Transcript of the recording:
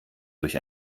durch